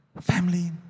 Family